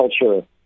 culture